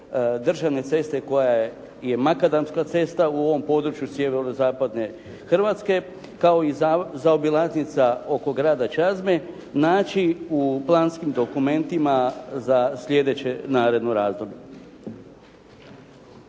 državne ceste koja je makadamska cesta u ovom području sjeverozapadne Hrvatske kao i zaobilaznica oko grada Čazme naći u planskim dokumentima za sljedeće naredno razdoblje.